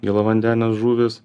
gėlavandenės žuvys